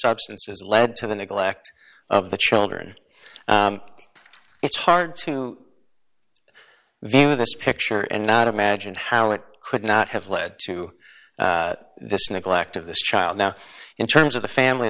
substances led to the neglect of the children it's hard to view this picture and not imagined how it could not have led to this neglect of this child now in terms of the family